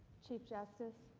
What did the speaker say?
chief justice,